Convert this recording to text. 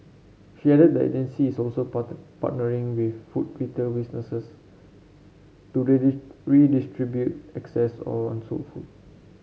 she added that the agency is also part partnering with food retail businesses to redistribute excess or unsold food